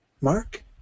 Mark